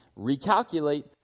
recalculate